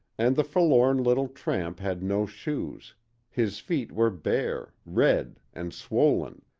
and the forlorn little tramp had no shoes his feet were bare, red, and swollen,